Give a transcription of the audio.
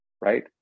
right